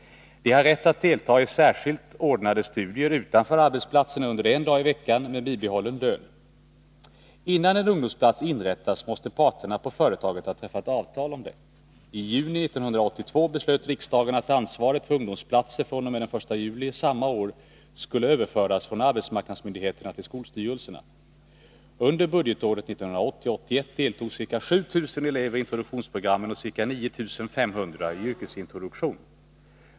De har rätt att delta i särskilt ordnade studier utanför arbetsplatsen under en dag i veckan med bibehållen lön. Innan en ungdomsplats inrättas måste parterna på företaget ha träffat avtal om det. I juni 1982 beslöt riksdagen att ansvaret för ungdomsplatser fr.o.m. den 1 juli samma år skulle överföras från arbetsmarknadsmyndigheterna till skolstyrelserna. Under budgetåret 1980/81 deltog ca 7 000 elever i introduktionsprogrammen och ca 9 500 i yrkesintroduktion.